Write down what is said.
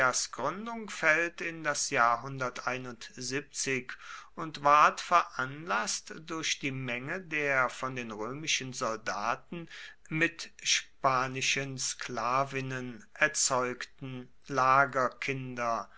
gründung fällt in das jahr und ward veranlaßt durch die menge der von römischen soldaten mit spanischen sklavinnen erzeugten